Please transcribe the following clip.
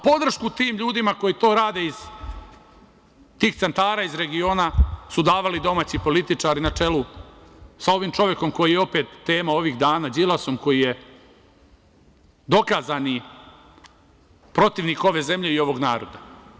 Podršku tim ljudima koji to rade iz tih centara iz regiona su davali domaći političari na čelu sa ovim čovekom koji je opet tema ovih dana, Đilasom, koji je dokazani protivnik ove zemlje i ovog naroda.